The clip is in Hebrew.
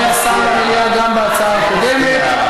לא היה שר במליאה גם בהצעה הקודמת.